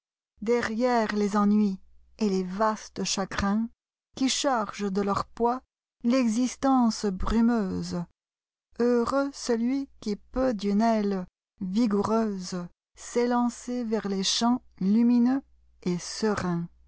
derrière les ennuis et les vastes chagrinsqui chargent de leur poids l'existence brumeuse heureux celui qui peut d'une aile vigoureuses'élancer vers les champs lumineux et sereins